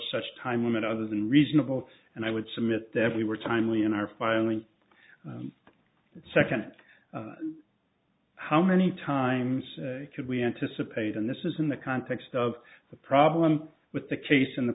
such time limit other than reasonable and i would submit that we were timely in our filing second how many times could we anticipate and this is in the context of the problem with the case in the